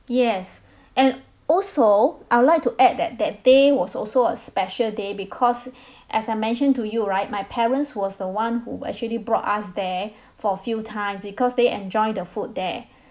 yes and also I would like to add that that day was also a special day because as I mentioned to you right my parents was the one who actually brought us there for a few times because they enjoy the food there